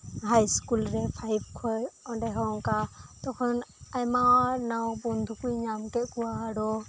ᱦᱟᱭ ᱤᱥᱠᱩᱞᱨᱮ ᱯᱷᱟᱭᱤᱵ ᱠᱷᱚᱱ ᱚᱸᱰᱮᱦᱚᱸ ᱚᱱᱠᱟ ᱛᱚᱠᱷᱚᱱ ᱟᱭᱢᱟ ᱱᱟᱶᱟ ᱵᱚᱱᱫᱷᱩᱠᱚᱧ ᱧᱟᱢ ᱠᱮᱫ ᱠᱚᱣᱟ ᱟᱨᱦᱚ